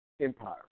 empire